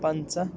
پَنٛژاہ